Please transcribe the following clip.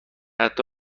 حتی